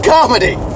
Comedy